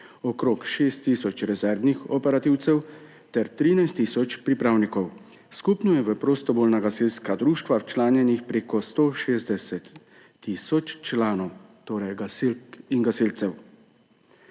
okrog 6 tisoč rezervnih operativcev ter 13 tisoč pripravnikov. Skupno je v prostovoljna gasilska društva včlanjenih preko 160 tisoč članov, torej gasilk in gasilcev.